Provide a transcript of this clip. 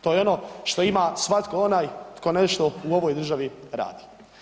To je ono što ima svatko onaj tko nešto u ovoj državi radi.